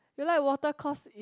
you like water cause is